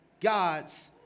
God's